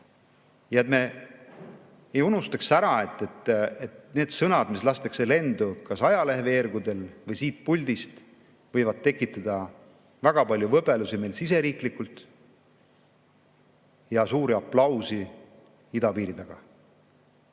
Ja et me ei unustaks ära, et need sõnad, mis lastakse lendu kas ajaleheveergudel või siit puldist, võivad tekitada väga palju võbelusi meil siseriiklikult ja suuri aplause idapiiri taga.